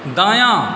दायाँ